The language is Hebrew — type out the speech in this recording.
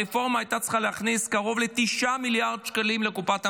הרפורמה הייתה צריכה להכניס קרוב ל-9 מיליארד שקלים לקופת המדינה,